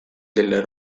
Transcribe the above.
del